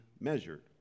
measured